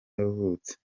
yavutse